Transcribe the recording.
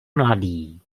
mladý